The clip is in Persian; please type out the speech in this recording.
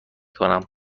کنم